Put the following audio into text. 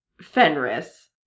Fenris